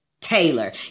Taylor